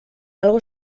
algo